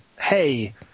hey